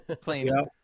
playing